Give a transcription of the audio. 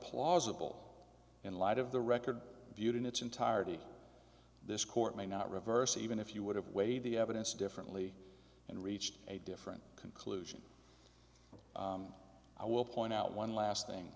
plausible in light of the record viewed in its entirety this court may not reverse even if you would have weighed the evidence differently and reached a different conclusion and i will point out one last thing